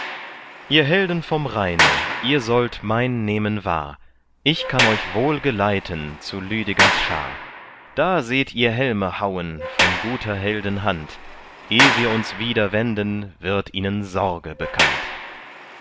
ihr helden vom rheine ihr sollt mein nehmen wahr ich kann euch wohl geleiten zu lüdegers schar da seht ihr helme hauen von guter helden hand eh wir uns wieder wenden wird ihnen sorge bekannt